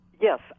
Yes